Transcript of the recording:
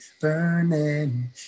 burning